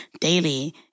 daily